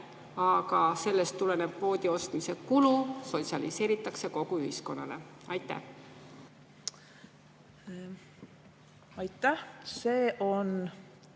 aga sellest tulenev kvoodi ostmise kulu sotsialiseeritakse kogu ühiskonnale? Aitäh! See on